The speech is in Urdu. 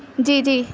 جی جی